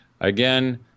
again